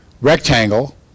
rectangle